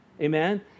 amen